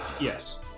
Yes